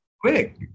quick